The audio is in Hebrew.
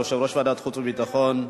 יושב-ראש ועדת החוץ והביטחון,